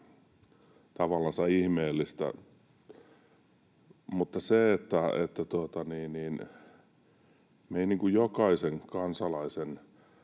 tavallansa ihmeellistä. Mutta me ei niin kuin jokaista kansalaista